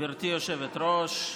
גברתי היושבת-ראש,